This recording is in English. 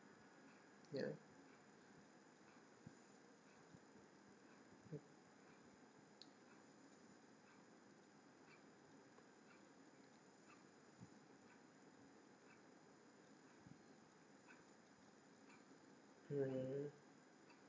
ya mm mm